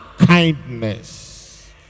Kindness